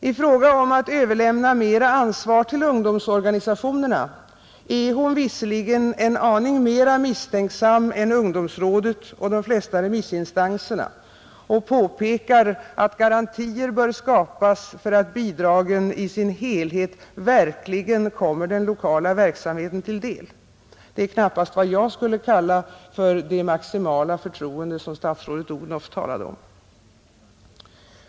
I fråga om att överlämna mera ansvar till ungdomsorganisationerna är hon visserligen en aning mera misstänksam än ungdomsrådet och de flesta remissinstanserna och påpekar att garantier bör skapas för att bidragen i sin helhet verkligen kommer den lokala verksamheten till del. Det är knappast vad jag skulle kalla för det maximala förtroende som statsrådet Odhnoff talade om.